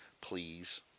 Please